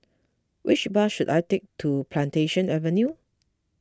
which bus should I take to Plantation Avenue